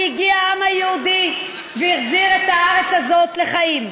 עד שהגיע העם היהודי והחזיר את הארץ הזאת לחיים.